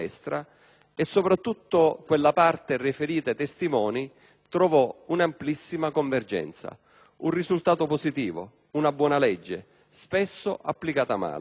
e soprattutto la parte riferita ai testimoni trovò un'amplissima convergenza. Si tratta di un risultato positivo, di una buona legge, spesso però applicata male,